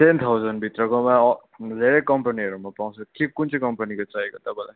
ten thousand भित्रकोमा धेरै कम्पनीहरूमा पाउँछ के कुन चाहिँ कम्पनीको चाहिएको तपाईँलाई